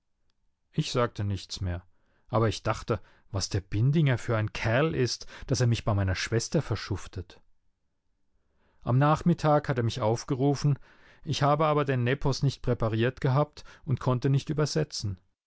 ich sagte nichts mehr aber ich dachte was der bindinger für ein kerl ist daß er mich bei meiner schwester verschuftet am nachmittag hat er mich aufgerufen ich habe aber den nepos nicht präpariert gehabt und konnte nicht übersetzen